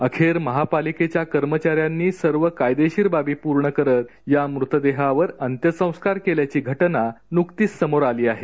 अखेर महापालिका कर्मचाऱ्यांनी सर्व कायदेशीर बाबी पूर्ण करत या मृतदेहावर अंत्यसंस्कार केल्याची घटना नुकतीच समोर आली आहे